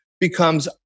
becomes